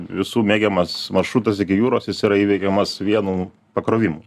visų mėgiamas maršrutas iki jūros jis yra įveikiamas vienu pakrovimu